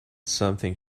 something